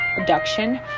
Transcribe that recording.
abduction